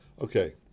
Okay